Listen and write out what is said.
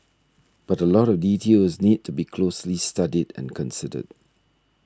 but a lot of details need to be closely studied and considered